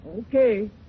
Okay